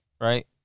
right